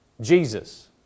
Jesus